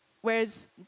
Whereas